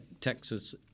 Texas